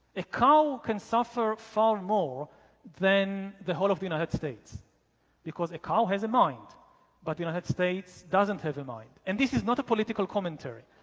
a cow can suffer for more than the whole of the united states because a cow has a mind but united states doesn't have a mind and this is not a political commentary.